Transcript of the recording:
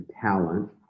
talent